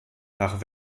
nach